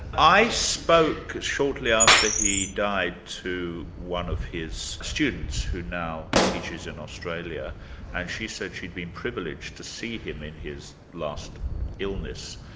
i spoke shortly after he died to one of his students who now teaches in australia, and she said she'd been privileged to see him in his last illness